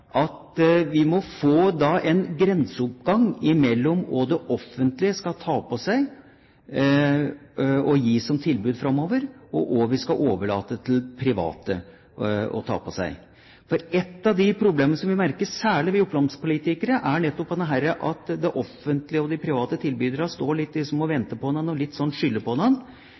en grenseoppgang mellom hva det offentlige skal ta på seg og gi som tilbud framover, og hva vi skal overlate til private å ta på seg. For ett av de problemene som vi merker, særlig vi opplandspolitikere, er nettopp at de offentlige og de private tilbyderne står og venter på hverandre og skylder litt på hverandre, og